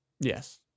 Yes